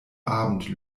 abend